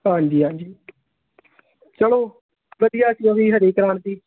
ਹਾਂਜੀ ਹਾਂਜੀ ਚਲੋ ਵਧੀਆ ਸੀ ਉਹ ਵੀ ਹਰੀ ਕ੍ਰਾਂਤੀ